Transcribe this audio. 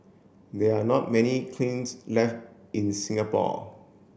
there are not many kilns left in Singapore